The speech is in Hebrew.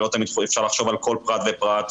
ולא תמיד אפשר לחשוב על כל פרט ופרט.